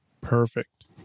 Perfect